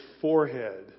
forehead